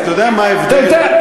אתה יודע מה ההבדל, תן, תן.